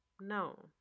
no